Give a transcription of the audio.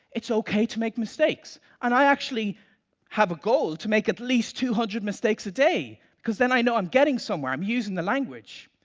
it's okay to make mistakes! and i actually have a goal to make at least two hundred mistakes a day because then i know i'm getting somewhere, i'm using the language!